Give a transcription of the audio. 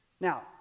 now